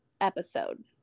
episode